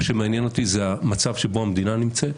מה שמעניין אותי זה המצב שבו המדינה נמצאת.